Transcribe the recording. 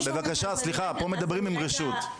סליחה, פה מדברים עם רשות.